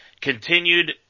continued